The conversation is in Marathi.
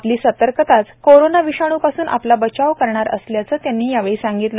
आपली सतर्कताच कोरोना विषाणूपासून आपला बचाव करणार असल्याचं त्यांनी यावेळी सांगितलं